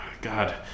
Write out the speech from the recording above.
god